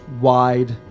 wide